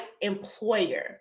employer